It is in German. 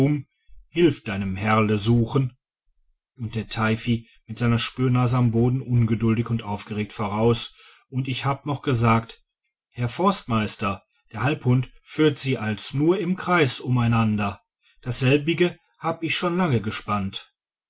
hilf deinem herrle suchen und der teifi mit seiner spürnase am boden ungeduldig und aufgeregt voraus und ich hab noch gesagt herr forstmeister der halbhund führt sie als nur im kreis umeinander dasselbige hab ich schon lang gespannt